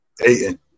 Aiden